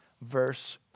Verse